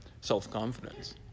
self-confidence